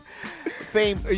fame